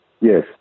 Yes